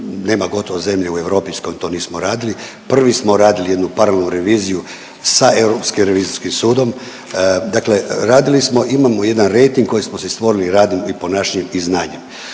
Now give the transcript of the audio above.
nema gotovo zemlje u Europi s kojom to nismo radili. Prvi smo radili jednu paralelnu reviziju sa Europskim revizorskim sudom, dakle radili smo imamo jedan rejting koji smo si stvorili radom i ponašanjem i znanjem.